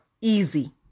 easy